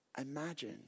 Imagine